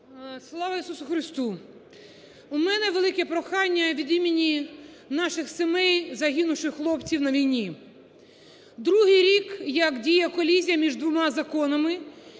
Слава Ісусу Хресту! У мене велике прохання від імені наших сімей, загинувших хлопців на війні. Другий рік, як діє колізія між двома законами,